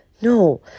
No